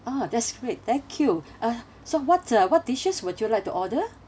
uh that's great thank you uh so what uh what dishes would you like to order